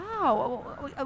Wow